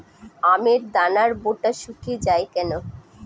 আমের দানার বোঁটা শুকিয়ে য়ায় কেন?